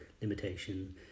limitation